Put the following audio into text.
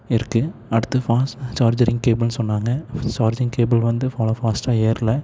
இருக்குது அடுத்து fast charging கேபிள்னு சொன்னாங்க சார்ஜிங் கேபிள் வந்து அவ்வளோ ஃபாஸ்ட்டாக ஏறலை